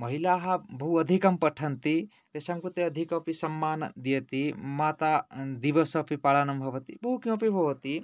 महिलाः बहु अधिकं पठन्ति तेषां कृते अधिकम् अपि सम्माननं दीयते माता दिवो अपि पालनं भवति बहु किमपि भवति